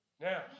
Now